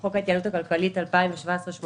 חוק ההתייעלות הכלכלית 2017 2018